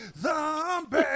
zombie